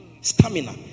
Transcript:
stamina